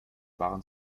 waren